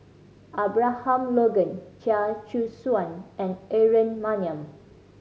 Abraham Logan Chia Choo Suan and Aaron Maniam